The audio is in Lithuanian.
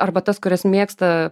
arba tas kuris mėgsta